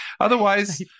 otherwise